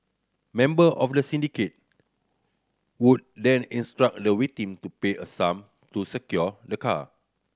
member of the syndicate would then instruct the victim to pay a sum to secure the car